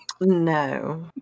No